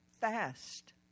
fast